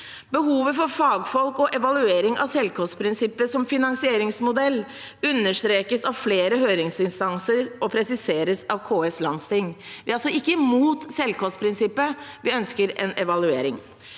Behovet for fagfolk og evaluering av selvkostprinsippet som finansieringsmodell understrekes av flere høringsinstanser og presiseres av KS’ landsting. Vi er altså ikke imot selvkostprinsippet, vi ønsker en evaluering.